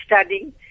studying